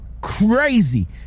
Crazy